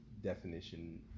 definition